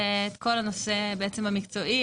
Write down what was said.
את כל הנושא המקצועי,